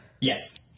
Yes